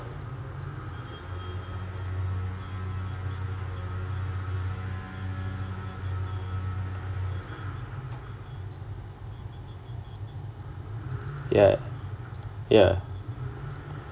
ya ya